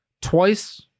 twice